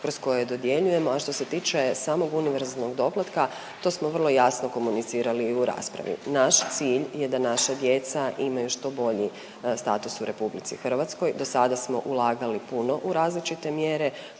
kroz koje dodjeljujemo, a što se tiče samog univerzalnog doplatka to smo vrlo jasno komunicirali u raspravi. Naš cilj je da naša djeca imaju što bolji status u RH, dosada smo ulagali puno u različite mjere,